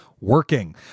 Working